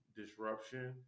disruption